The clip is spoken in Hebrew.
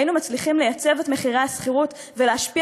היינו מצליחים לייצב את מחירי השכירות ולהשפיע